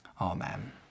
Amen